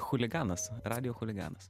chuliganas radijo chuliganas